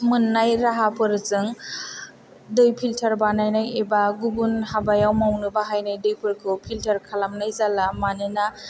मोन्नाय राहाफोरजों दै फिल्टार बानायनाय एबा गुबुन हाबायाव मावनो बाहायनाय दैफोरखौ फिल्टार खालामनाय जाला मानोना